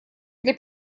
для